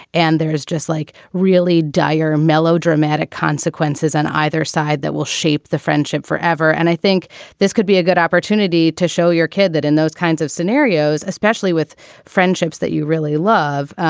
and there's just like really dire, melodramatic consequences on either side that will shape the friendship forever. and i think this could be a good opportunity to show your kid that in those kinds of scenarios, especially with friendships that you really love.